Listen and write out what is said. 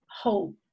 hope